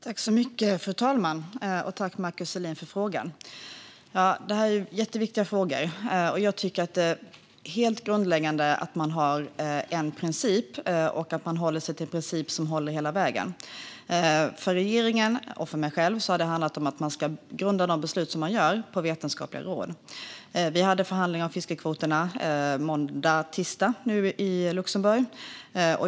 Fru talman! Tack, Markus Selin, för frågan! Det här är jätteviktiga frågor, och jag tycker att det är helt grundläggande att man har en princip och att man håller sig till en princip som håller hela vägen. För regeringen och för mig själv handlar det om att man ska grunda de beslut som man fattar på vetenskapliga råd. Vi hade förhandlingar om fiskekvoterna i måndags och tisdags i Luxemburg.